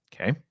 Okay